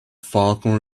falcon